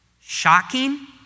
shocking